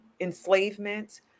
enslavement